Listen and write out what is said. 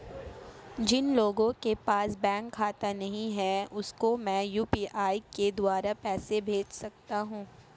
जिन लोगों के पास बैंक खाता नहीं है उसको मैं यू.पी.आई के द्वारा पैसे भेज सकता हूं?